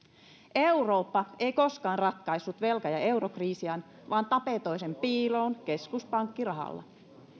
eurooppa ei koskaan ratkaissut velka ja eurokriisiään vaan tapetoi sen piiloon keskuspankkirahalla